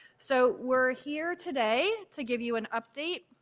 so we're here today to give you an update